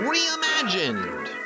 Reimagined